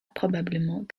probablement